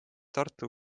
tartu